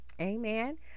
amen